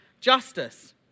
justice